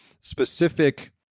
specific